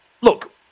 look